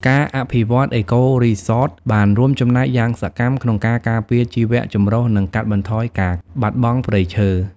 ការអភិវឌ្ឍន៍ អេកូរីសត បានរួមចំណែកយ៉ាងសកម្មក្នុងការការពារជីវចម្រុះនិងកាត់បន្ថយការបាត់បង់ព្រៃឈើ។